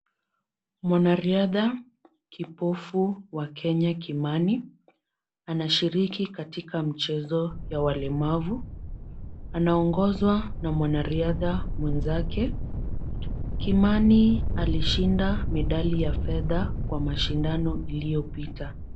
Mwanaridha kipofu wa Kenya kimani. Anashiriki katika mchezo ya walemavu. Anaongozwa na mwanariadha mwenzake. Kimani alishinda medali ya fedha kwa mashindano iliyopita.